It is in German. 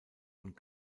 und